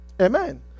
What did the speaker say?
Amen